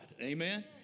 Amen